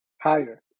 higher